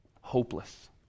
Hopeless